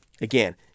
Again